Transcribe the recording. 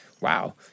wow